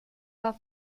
war